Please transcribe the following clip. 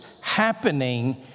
happening